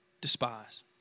despise